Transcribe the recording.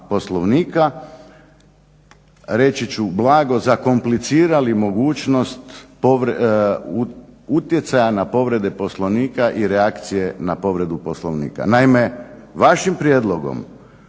Poslovnika reći ću blago zakomplicirali mogućnost utjecaja na povrede Poslovnika i reakcije na povredu Poslovnika. Naime, vašim prijedlogom